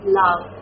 love